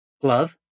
Glove